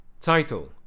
Title